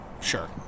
sure